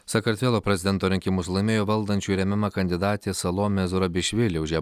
sakartvelo prezidento rinkimus laimėjo valdančiųjų remiama kandidatė salomė zurabišvili už ją